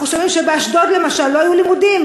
אנחנו שומעים שבאשדוד למשל לא יהיו לימודים,